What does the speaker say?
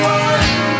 one